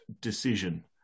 decision